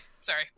sorry